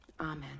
amen